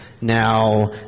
Now